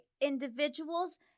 individuals